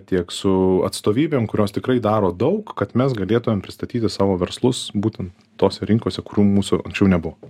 tiek su atstovybėm kurios tikrai daro daug kad mes galėtumėm pristatyti savo verslus būtent tose rinkose kur mūsų anksčiau nebuvo